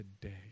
today